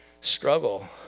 struggle